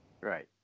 Right